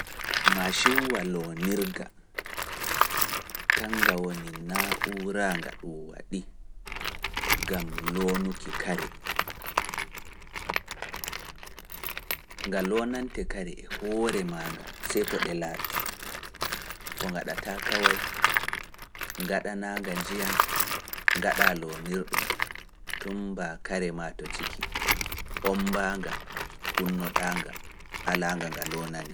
Maacinwa loonirga kannga woni naa'uura nga ɗum waɗi ngam loonuki kare, nga loonante kare e hoore maaga sey to ɗe laaɓii, ko ngaɗataa kaway ngaɗanaa-nga njiyam, ngaɗaa loonirɗum kare maa to ciki, ommbaa-nga, kunnoɗaa-nga, alaa-nga nga loonane